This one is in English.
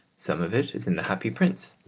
some of it is in the happy prince,